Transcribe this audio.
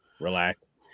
relax